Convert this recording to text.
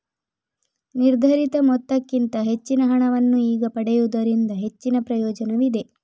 ನಿರ್ಧರಿತ ಮೊತ್ತಕ್ಕಿಂತ ಹೆಚ್ಚಿನ ಹಣವನ್ನು ಈಗ ಪಡೆಯುವುದರಿಂದ ಹೆಚ್ಚಿನ ಪ್ರಯೋಜನವಿದೆ